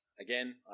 Again